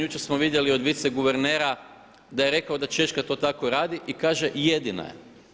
Jučer smo vidjeli od viceguvernera da je rekao da Češka to tako radi i kaže jedina je.